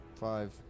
Five